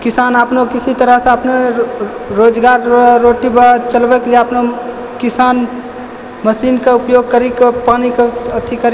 किसान अपनो किसी तरहसँ अपन रोजगार रोटी बऽ चलबै के लिये अपनो किसान मशीन के उपयोग करि कऽ पानि के अथि करि